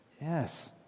Yes